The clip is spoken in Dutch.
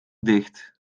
dicht